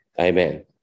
Amen